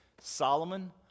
Solomon